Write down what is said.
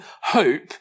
hope